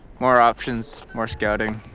more options, more scouting,